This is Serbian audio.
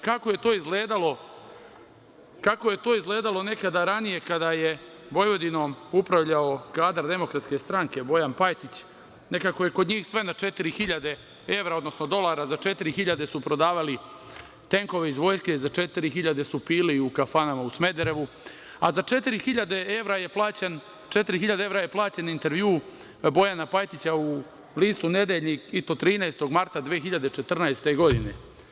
Kako je to izgledalo nekada ranije kada je Vojvodinom upravljao kadar DS Bojan Pajtić, nekako je kod njih sve na 4.000 evra, odnosno dolara, za 4.000 su prodavali tenkove iz Vojske, za 4.000 su pili u kafanama u Smederevu, a 4.000 evra je plaćen intervju Bojana Pajtića u listu „Nedeljnik“ i to 13. marta 2014. godine.